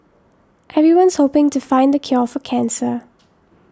everyone's hoping to find the cure for cancer